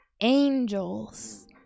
angels